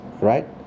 right